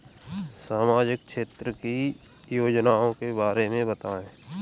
सामाजिक क्षेत्र की योजनाओं के बारे में बताएँ?